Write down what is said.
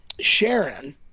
Sharon